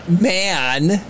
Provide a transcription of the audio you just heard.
man